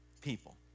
people